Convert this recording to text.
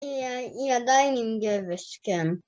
ידיים עם גבס כאן.